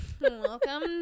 Welcome